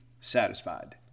satisfied